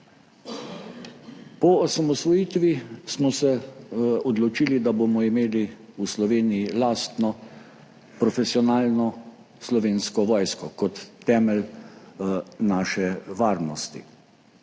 Po osamosvojitvi smo se odločili, da bomo imeli v Sloveniji lastno, profesionalno slovensko vojsko kot temelj naše varnosti.